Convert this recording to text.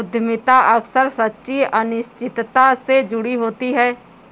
उद्यमिता अक्सर सच्ची अनिश्चितता से जुड़ी होती है